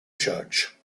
church